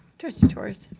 trustee torres?